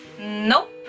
Nope